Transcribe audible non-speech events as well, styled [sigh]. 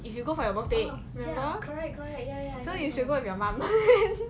if you go for your birthday so you should go with your mum [laughs]